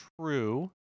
true